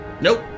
Nope